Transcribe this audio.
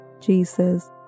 Jesus